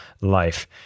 life